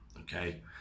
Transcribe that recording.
okay